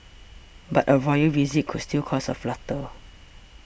but a royal visit could still cause a flutter